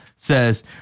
Says